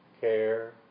care